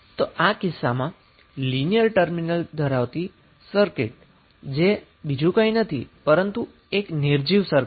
તો આ કિસ્સામાં લિનીયર ટર્મિનલ ધરાવતી સર્કિટ જે છે તે બીજું કંઈ નથી પરંતુ એક નિર્જીવ સર્કિટ છે